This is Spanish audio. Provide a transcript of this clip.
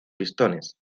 pistones